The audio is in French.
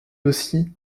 aussi